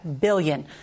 billion